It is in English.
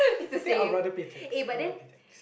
think i'll rather pay tax i'll rather pay tax